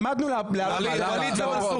עמדנו להעלות את זה.